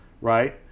right